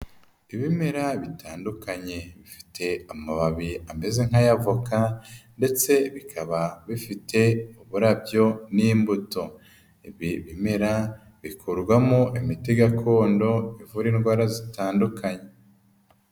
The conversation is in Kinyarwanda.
Ibimera bitandukanye, bifite amababi ameze nk'ayavoka ndetse bikaba bifite uburabyo n'imbuto, ibi bimera bikorwamo imiti gakondo ivura indwara zitandukanye.